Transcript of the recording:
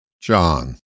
John